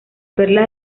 perla